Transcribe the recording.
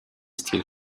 still